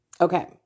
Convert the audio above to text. Okay